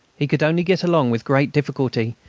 he could only get along with great difficulty,